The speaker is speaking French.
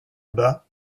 bas